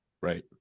Right